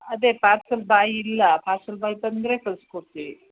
ಅದೆ parcel boy ಇಲ್ಲ parcel boy ಬಂದರೆ ಕಳಿಸ್ಕೊಡ್ತೀವಿ